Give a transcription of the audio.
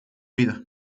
vida